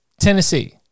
Tennessee